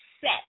set